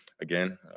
again